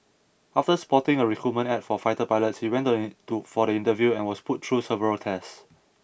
after spotting a recruitment ad for fighter pilots he went to for the interview and was put through several tests